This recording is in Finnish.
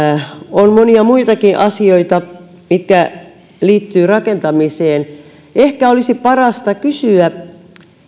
on monia muitakin asioita mitkä liittyvät rakentamiseen ehkä olisi parasta kysyä